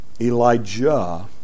Elijah